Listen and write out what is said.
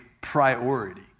priority